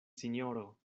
sinjoro